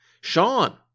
Sean